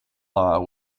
law